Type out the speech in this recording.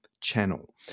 channel